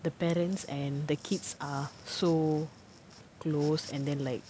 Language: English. the parents and the kids are so close and then like